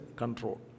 control